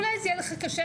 אולי זה יהיה לך קשה,